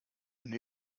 new